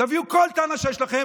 תביאו כל טענה שיש לכם